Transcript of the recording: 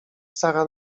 sara